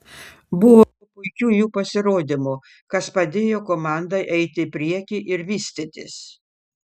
buvo puikių jų pasirodymų kas padėjo komandai eiti į priekį ir vystytis